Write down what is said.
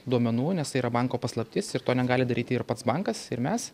duomenų nes tai yra banko paslaptis ir to negali daryti ir pats bankas ir mes